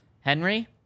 Henry